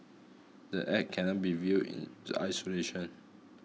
the Act cannot be viewed in isolation